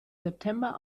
september